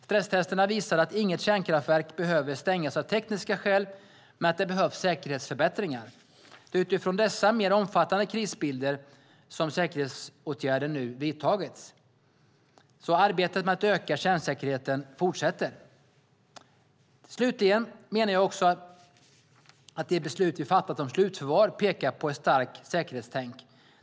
Stresstesterna visade att inget kärnkraftverk behöver stängas av tekniska skäl men att det behövs säkerhetsförbättringar. Det är utifrån dessa mer omfattande krisbilder som säkerhetsåtgärder nu vidtagits. Arbetet för att öka kärnsäkerheten fortsätter. Slutligen menar jag också att de beslut vi fattat om slutförvar pekar på ett starkt säkerhetstänk.